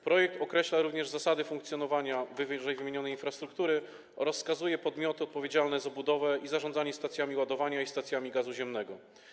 Projekt określa również zasady funkcjonowania ww. infrastruktury oraz wskazuje podmioty odpowiedzialne za budowę i zarządzanie stacjami ładowania i stacjami gazu ziemnego.